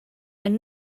and